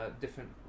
different